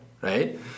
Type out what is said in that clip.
right